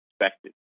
expected